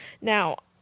Now